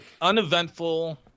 uneventful